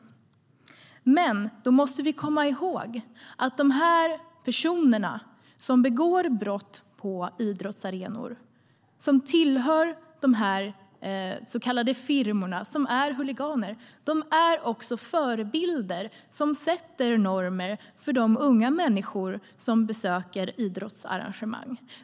Men då måste vi komma ihåg att de personer som begår brott på idrottsarenor, som tillhör de så kallade firmorna, som är huliganer, är förebilder som sätter normer för de unga människor som besöker idrottsarrangemang.